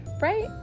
Right